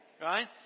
Right